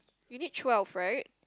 you need twelve right